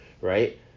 right